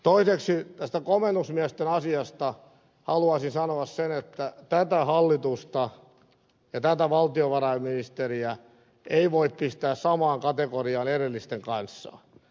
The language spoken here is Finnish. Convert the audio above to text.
toiseksi tästä komennusmiesten asiasta haluaisin sanoa sen että tätä hallitusta ja tätä valtiovarainministeriä ei voi pistää samaan kategoriaan edellisten kanssa